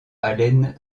allen